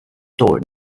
doran